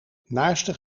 naarstig